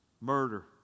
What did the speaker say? murder